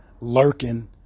lurking